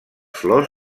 flors